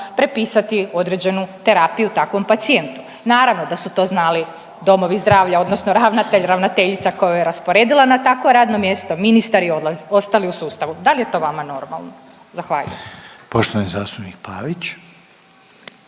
prepisati određenu terapiju takvom pacijentu. Naravno da su to znali domovi zdravlja odnosno ravnatelj, ravnateljica koja ju je rasporedila na takvo radno mjesto, ministar i ostali u sustavu. Da li je to vama normalno? Zahvaljujem. **Reiner,